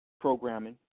programming